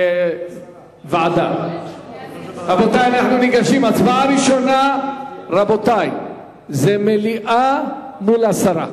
ועדה, הצבעה ראשונה זה מליאה מול הסרה.